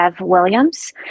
Williams